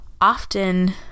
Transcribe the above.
often